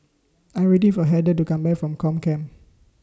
I Am waiting For Heather to Come Back from Comcare